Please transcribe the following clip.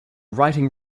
writing